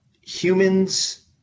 humans –